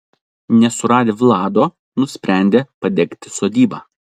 nesuradę vlado nusprendė padegti sodybą